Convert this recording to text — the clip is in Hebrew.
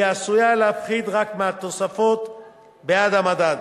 והיא עשויה להפחית רק מהתוספת בעד המדד.